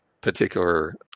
particular